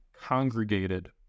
congregated